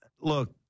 look